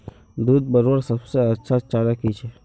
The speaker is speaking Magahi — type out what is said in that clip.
दूध बढ़वार सबसे अच्छा चारा की छे?